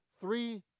three